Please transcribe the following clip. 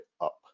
up